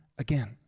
again